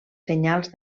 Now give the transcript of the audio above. senyals